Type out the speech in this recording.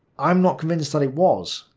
i'm not convinced that it was,